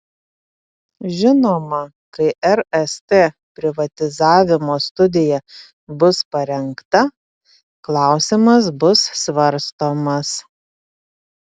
žinoma kai rst privatizavimo studija bus parengta klausimas bus svarstomas